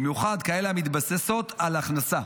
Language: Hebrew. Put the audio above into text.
במיוחד כאלה המתבססות על הכנסה.